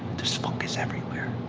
there's fungus everywhere.